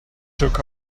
took